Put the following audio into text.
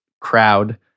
crowd